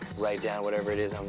write down whatever it is um